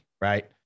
right